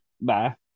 Bye